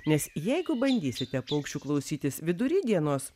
nes jeigu bandysite paukščių klausytis vidury dienos